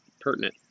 pertinent